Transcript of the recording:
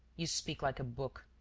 you speak like a book.